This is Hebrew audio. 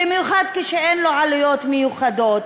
במיוחד שאין לו עלויות מיוחדות,